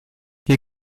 hier